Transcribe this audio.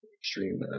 extreme